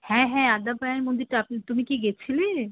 হ্যাঁ হ্যাঁ আদ্যামায়ের মন্দিরটা তুমি কি গিয়েছিলে